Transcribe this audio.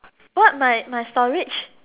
what mine mine storage